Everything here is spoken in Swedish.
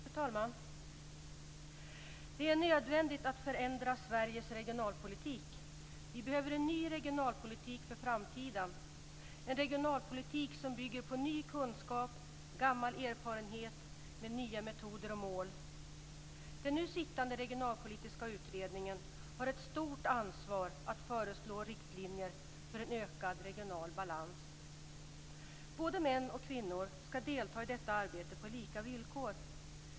Fru talman! Det är nödvändigt att förändra Sveriges regionalpolitik. Vi behöver en ny regionalpolitik för framtiden. Det ska vara en regionalpolitik som bygger på ny kunskap, gammal erfarenhet med nya metoder och mål. Den nu sittande regionalpolitiska utredningen har ett stort ansvar att föreslå riktlinjer för en ökad regional balans. Både män och kvinnor ska delta i detta arbete på lika villkor.